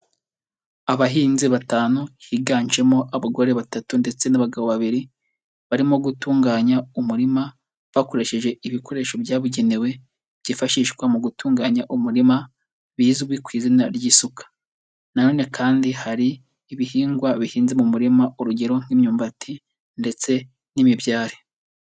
Abahinzi batanu higanjemo abagore batatu ndetse n'abagabo babiri, barimo gutunganya umurima bakoresheje ibikoresho byabugenewe byifashishwa mu gutunganya umurima, bizwi ku izina ry'isuka na none kandi hari ibihingwa bihinze mu murima, urugero nk'imyumbati ndetse n'imibyare.